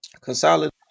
Consolidate